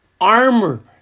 armor